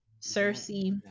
cersei